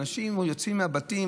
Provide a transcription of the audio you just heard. אנשים יוצאים מהבתים,